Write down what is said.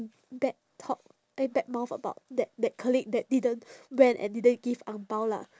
bad talk eh badmouth about that that colleague that didn't went and didn't give ang bao lah